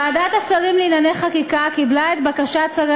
ועדת השרים לענייני חקיקה קיבלה את בקשת שרי